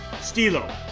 Stilo